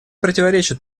противоречит